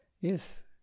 yes